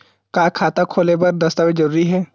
का खाता खोले बर दस्तावेज जरूरी हे?